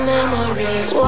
Memories